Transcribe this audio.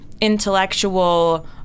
intellectual